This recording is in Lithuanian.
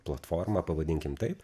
platformą pavadinkim taip